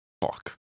fuck